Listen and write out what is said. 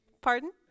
Pardon